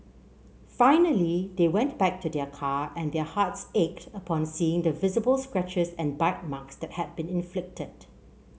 finally they went back to their car and their hearts ached upon seeing the visible scratches and bite marks that had been inflicted